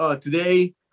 today